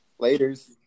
Laters